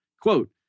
Quote